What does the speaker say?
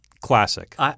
classic